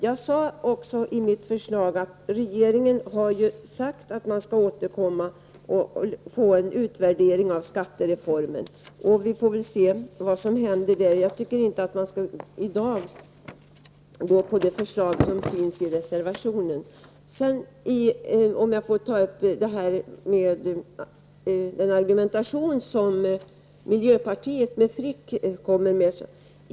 Jag sade i mitt anförande att regeringen har sagt att man skall återkomma och göra en utvärdering av skattereformen. Vi får se vad som händer. Jag tycker inte att vi i dag skall stödja det förslag som finns i reservationen. Jag vill också ta upp miljöpartiets argumentation, som Carl Frick för fram.